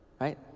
Right